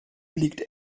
liegt